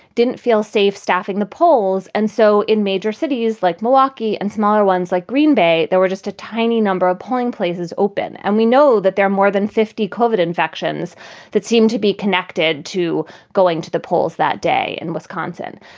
didn't feel safe staffing the polls. and so in major cities like milwaukee and smaller ones like green bay, there were just a tiny number of polling places open. and we know that there are more than fifty covered infections that seem to be connected to going to the polls that day in wisconsin.